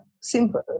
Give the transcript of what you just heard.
simple